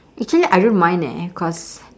actually I don't mind eh cause